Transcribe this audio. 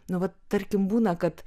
nu vat tarkim būna kad